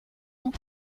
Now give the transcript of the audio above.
ont